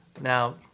Now